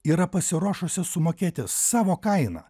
yra pasiruošusi sumokėti savo kainą